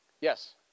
Yes